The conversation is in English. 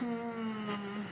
uh